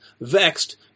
Vexed